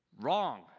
Wrong